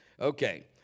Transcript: Okay